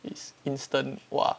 it's instant !wah!